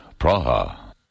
Praha